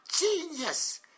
genius